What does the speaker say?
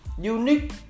unique